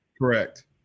Correct